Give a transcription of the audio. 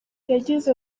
yagize